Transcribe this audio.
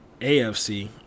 AFC